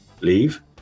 leave